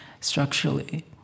structurally